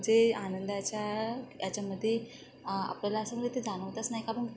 म्हणजे आनंदाच्या याच्यामध्ये आ आपल्याला असं म्हणजे ते जाणवतच नाही आपण